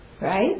right